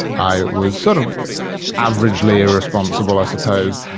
i was sort of averagely irresponsible, i suppose,